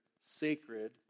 sacred